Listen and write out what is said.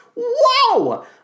Whoa